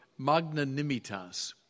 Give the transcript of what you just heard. magnanimitas